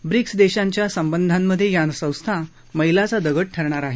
BRICS देशांच्या संबंधांमध्ये या संस्था मैलाचा दगड ठरणार आहेत